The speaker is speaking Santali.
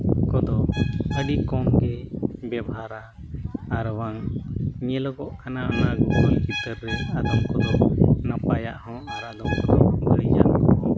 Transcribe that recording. ᱠᱚᱫᱚ ᱟᱹᱰᱤ ᱠᱚᱢᱜᱮ ᱵᱮᱵᱷᱟᱨᱟ ᱟᱨ ᱵᱟᱝ ᱧᱮᱞᱚᱜᱚᱜ ᱠᱟᱱᱟ ᱚᱱᱟ ᱪᱤᱛᱟᱹᱨ ᱨᱮ ᱱᱟᱯᱟᱭᱟᱜ ᱦᱚᱸ ᱵᱟᱹᱲᱤᱡᱟᱜ ᱠᱚᱦᱚᱸ